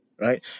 Right